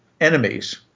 enemies